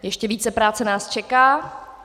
Ještě více práce nás čeká.